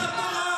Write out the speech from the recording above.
יהדות?